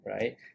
right